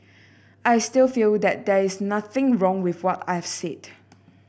I still feel that there is nothing wrong with what I've said